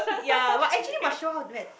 ya but actually must show how to do that